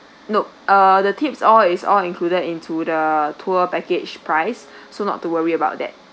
nope uh the tips all is all included into the tour package price so not to worry about that